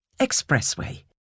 Expressway